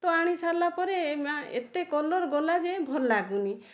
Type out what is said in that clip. ତ ଆଣିଲାସରିଲା ପରେ ଏତେ କଲର୍ ଗଲା ଯେ ଭଲ ଲାଗୁନି